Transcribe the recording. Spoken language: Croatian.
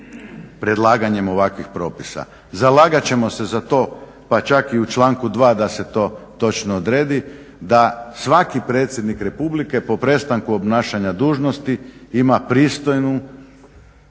predlaganjem ovakvih propisa. Zalagat ćemo se za to pa čak i u članku 2. da se to točno odredi, da svaki predsjednik Republike po prestanku obnašanja dužnosti ima pristojnu